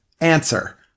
answer